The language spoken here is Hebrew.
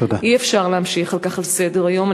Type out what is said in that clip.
אי-אפשר לעבור על כך לסדר-היום.